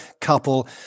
couple